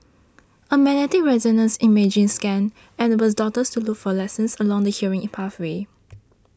a magnetic resonance imaging scan enables doctors to look for lesions along the hearing pathway